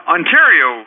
Ontario